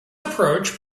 approach